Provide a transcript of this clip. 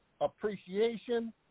appreciation